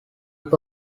much